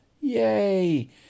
Yay